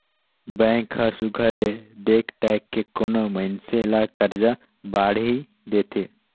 bank हर सुग्घर ले देख ताएक के कोनो मइनसे ल करजा बाड़ही देथे